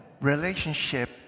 relationship